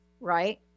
right